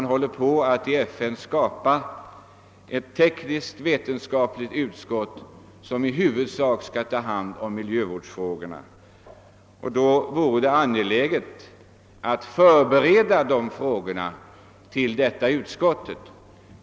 FN håller också på att skapa ett tekniskvetenskapligt utskott som i huvudsak skall ta hand om miljövårdsfrågorna. Det vore angeläget att förbereda de nu aktuella frågorna för behandling i detta utskott.